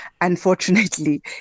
Unfortunately